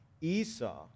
Esau